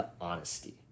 honesty